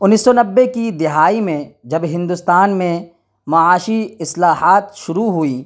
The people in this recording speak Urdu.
انیس سو نبے کی دہائی میں جب ہندوستان میں معاشی اصلاحات شروع ہوئی